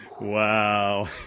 Wow